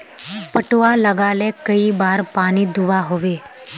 पटवा लगाले कई बार पानी दुबा होबे?